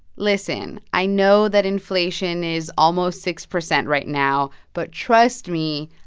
listen i know that inflation is almost six percent right now, but trust me.